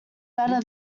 better